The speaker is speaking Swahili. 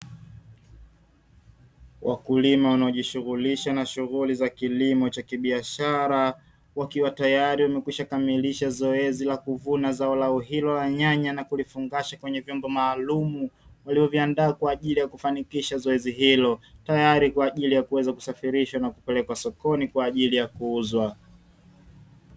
Wakulima wanaojishughulisha na shughuli za kilimo cha kibiashara, wakiwa tayari wamekwisha kamilisha zoezi la kuvuna zao lao hilo la nyanya na kulifungasha kwenye vyombo maalumu walivyoviandaa kwa ajili ya kufanikisha zoezi hilo. Tayari kwa ajili ya kuweza kusafirishwa na kupelekwa sokoni kwa ajili ya kuuzwa.